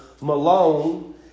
Malone